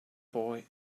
boy